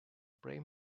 prime